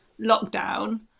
lockdown